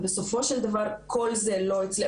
ובסופו של דבר כל זה לא צלח,